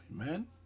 Amen